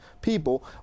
people